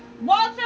Walter